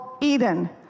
Eden